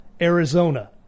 Arizona